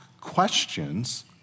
questions